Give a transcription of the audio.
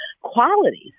Qualities